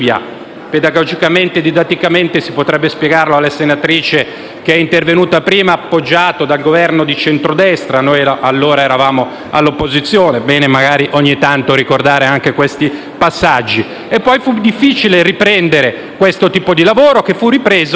Pedagogicamente e didatticamente si potrebbe spiegare alla senatrice che è intervenuta prima che esso fu appoggiato dal Governo di centrodestra. Noi allora eravamo all'opposizione ed è bene magari ogni tanto ricordare anche questi passaggi. Poi fu difficile portare avanti questo tipo di lavoro, che fu ripreso